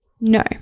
No